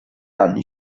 anni